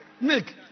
Nick